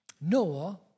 Noah